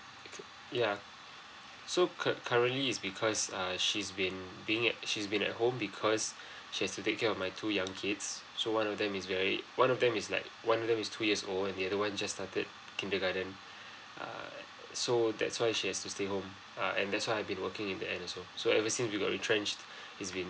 ya so cur currently is because uh she's been being at she's been at home because she has to take care of my two young kids so one of them is very one of them is like one of them is two years old and the other one just started kindergarten uh so that's why she has to stay home uh and that's why I been working in the end also so ever since I got retrenched it's been